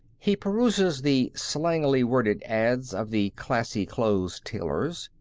he peruses the slangily worded ads of the classy clothes tailors,